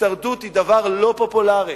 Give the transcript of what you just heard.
הישרדות היא דבר לא פופולרי,